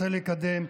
רוצה לקדם,